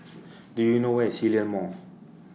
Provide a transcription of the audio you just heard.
Do YOU know Where IS Hillion Mall